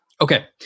Okay